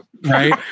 right